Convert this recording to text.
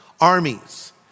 armies